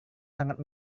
sangat